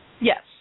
Yes